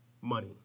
money